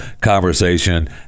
conversation